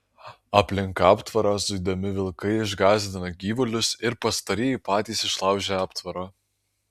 aplink aptvarą zuidami vilkai išgąsdina gyvulius ir pastarieji patys išlaužia aptvarą